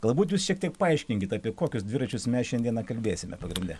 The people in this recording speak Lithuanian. galbūt jūs šiek tiek paaiškinkit apie kokius dviračius mes šiandieną kalbėsime pagrinde